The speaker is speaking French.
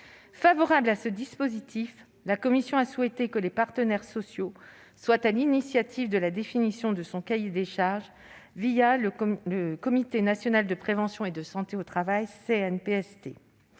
Favorable à ce dispositif, la commission a souhaité que les partenaires sociaux aient l'initiative dans la définition du cahier des charges, le Comité national de prévention et de santé au travail, le CNPST.